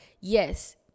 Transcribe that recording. yes